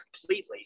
completely